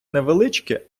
невеличке